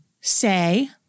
say